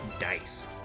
Dice